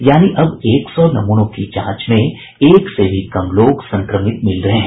यानी अब एक सौ नमूनों की जांच में एक से भी कम लोग संक्रमित मिल रहे हैं